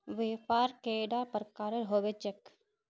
व्यापार कैडा प्रकारेर होबे चेक?